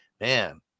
man